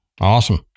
awesome